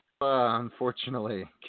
unfortunately